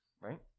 Right